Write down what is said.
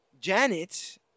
Janet